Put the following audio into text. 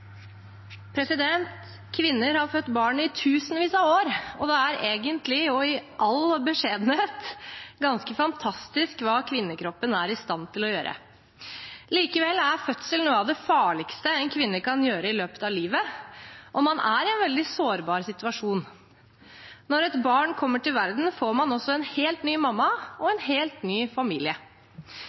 all beskjedenhet, ganske fantastisk hva kvinnekroppen er i stand til å gjøre. Likevel er fødsel noe av det farligste en kvinne kan gjøre i løpet av livet, og man er i en veldig sårbar situasjon. Når et barn kommer til verden, får man også en helt ny mamma og en helt ny familie.